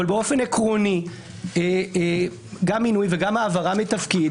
אבל באופן עקרוני גם מינוי וגם העברה מתפקיד